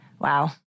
Wow